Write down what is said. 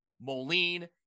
Moline